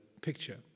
picture